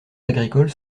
agricoles